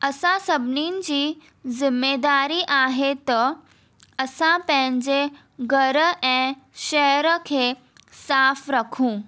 असां सभिनीनि जी ज़िम्मेदारी आहे त असां पंहिंजे घर ऐं शहर खे साफ़ रखूं